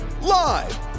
live